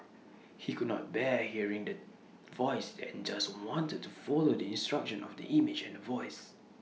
he could not bear hearing The Voice and just wanted to follow the instruction of the image and The Voice